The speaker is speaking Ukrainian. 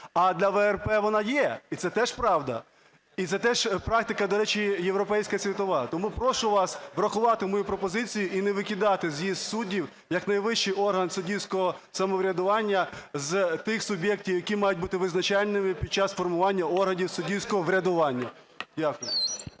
а для ВРП вона є, і це теж правда. І це теж практика, до речі, європейська світова. Тому прошу вас врахувати мою пропозицію і не викидати з'їзд суддів як найвищий орган суддівського самоврядування з тих суб'єктів, які мають бути визначальними під час формування органів суддівського врядування. Дякую.